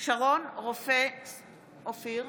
שרון רופא אופיר,